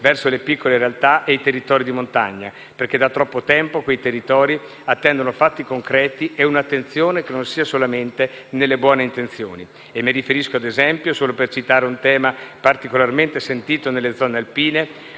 verso le piccole realtà e i territori di montagna, perché da troppo tempo quei territori attendono fatti concreti e un'attenzione che non sia solamente nelle buone intenzioni. Mi riferisco, ad esempio - solo per citare un tema particolarmente sentito nelle zone alpine